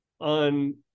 on